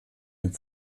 dem